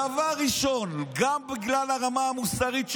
דבר ראשון, גם בגלל הרמה המוסרית שלה,